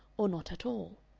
or not at all.